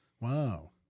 Wow